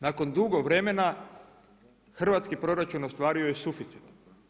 Nakon dugo vremena hrvatski proračun ostvario je suficit.